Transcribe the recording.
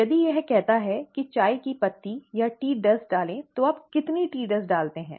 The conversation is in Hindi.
यदि यह कहता है कि चाय की पत्ती या चाय डस्ट डालें तो आप कितनी चाय डस्ट डालते हैं